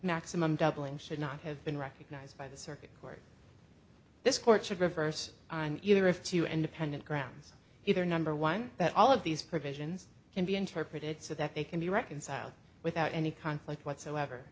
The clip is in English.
maximum doubling should not have been recognized by the circuit court this court should reverse on either of two independent grounds either number one that all of these provisions can be interpreted so that they can be reconciled without any conflict whatsoever